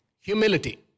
Humility